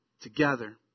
together